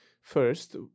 First